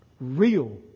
Real